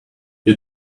you